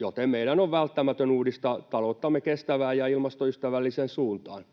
joten meidän on välttämätöntä uudistaa talouttamme kestävään ja ilmastoystävälliseen suuntaan.